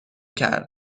کرد